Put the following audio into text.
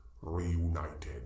reunited